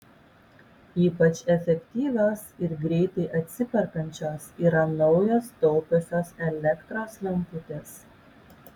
ypač efektyvios ir greitai atsiperkančios yra naujos taupiosios elektros lemputės